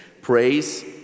praise